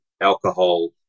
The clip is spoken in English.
alcohol